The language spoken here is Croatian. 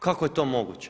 Kako je to moguće?